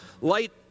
Light